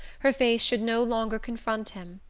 her face should no longer confront him.